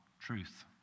truth